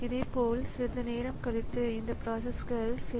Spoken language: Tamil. இப்போது நீங்கள் ஸிபியுவை பார்க்கிறீர்கள் 2 ஸிபியுக்கள் உள்ளன